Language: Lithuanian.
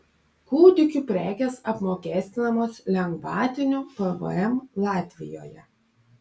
kūdikių prekės apmokestinamos lengvatiniu pvm latvijoje